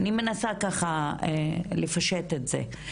אני מנסה ככה לפשט את זה.